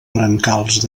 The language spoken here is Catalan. brancals